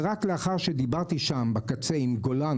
ורק לאחר שדיברתי שם בקצה עם גולן,